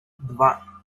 два